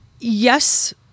Yes